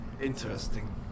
Interesting